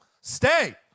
Stay